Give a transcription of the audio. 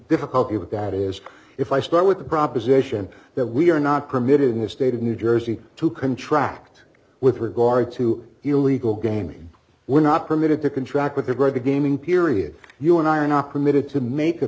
difficulty with that is if i start with the proposition that we are not permitted in the state of new jersey to contract with regard to illegal gaming we're not permitted to contract with a great gaming period you and i are not permitted to make a